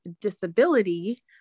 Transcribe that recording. disability